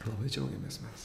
ir labai džiaugiamės mes